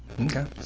Okay